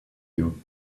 you